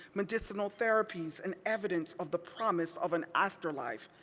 medicinal therapies, and evidence of the promise of an afterlife,